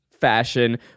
fashion